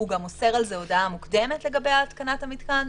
הוא גם מוסר על זה הודעה מוקדמת לגבי התקנת המתקן,